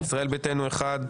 ישראל ביתנו אחד,